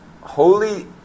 holy